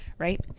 right